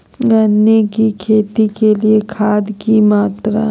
गन्ने की खेती के लिए खाद की मात्रा?